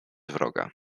wroga